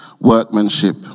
workmanship